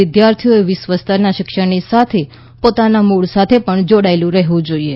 વિદ્યાર્થીઓએ વિશ્વ સ્તરનાં શિક્ષણની સાથે પોતાના મૂળ સાથે પણ જોડાયેલું રહેવું જોઈએ